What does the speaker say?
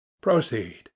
Proceed